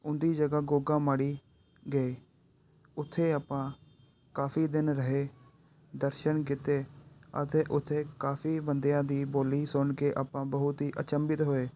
ਉਹਨਾਂ ਦੀ ਜਗ੍ਹਾ ਗੋਗਾ ਮਾੜੀ ਗਏ ਉੱਥੇ ਆਪਾਂ ਕਾਫ਼ੀ ਦਿਨ ਰਹੇ ਦਰਸ਼ਨ ਕੀਤੇ ਅਤੇ ਉੱਥੇ ਕਾਫ਼ੀ ਬੰਦਿਆਂ ਦੀ ਬੋਲੀ ਸੁਣ ਕੇ ਆਪਾਂ ਬਹੁਤ ਹੀ ਅਚੰਬਿਤ ਹੋਏ